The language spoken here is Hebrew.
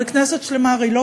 אבל כנסת שלמה, הרי אנחנו